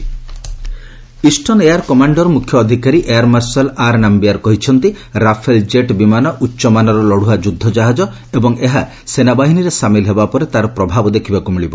Rafale jet air force eastern air commander ମୁଖ୍ୟ ଅଧିକାରୀ air marshal R Nambiar କହିଛନ୍ତି Rafale jet ବିମାନ ଉଚ୍ଚ ମାନର ଲଢୁଆ ଯୁଦ୍ଧ ଜାହଜ ଏବଂ ଏହା ସେନାବାହିନୀରେ ସାମିଲ୍ ହେବା ପରେ ତାର ପ୍ରଭାବ ଦେଖିବାକୁ ମିଳିବ